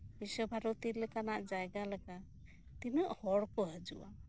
ᱵᱤᱥᱥᱚ ᱵᱷᱟᱨᱚᱛᱤ ᱞᱮᱠᱟᱱᱟᱜ ᱡᱟᱭᱜᱟ ᱞᱮᱠᱟ ᱛᱤᱱᱟᱹᱜ ᱦᱚᱲᱠᱚ ᱦᱤᱡᱩᱜᱼᱟ